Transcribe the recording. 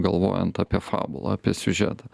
galvojant apie fabulą apie siužetą